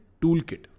toolkit